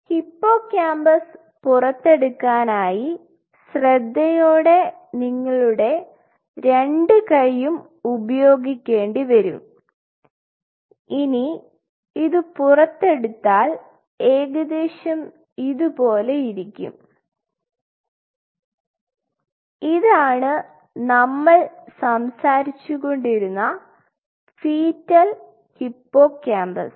hippocampus പുറത്തെടുക്കാനായി ശ്രദ്ധയോടെ നിങ്ങളുടെ 2 കൈയും ഉപയോഗിക്കേണ്ടിവരും ഇനി ഇത് പുറത്തെടുത്താൽ ഏകദേശം ഇതുപോലെ ഇരിക്കും ഇതാണ് നമ്മൾ സംസാരിച്ചുകൊണ്ടിരുന്ന ഫീറ്റൽ ഹിപ്പോകാമ്പസ്